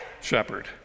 Shepherd